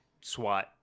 SWAT